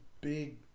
big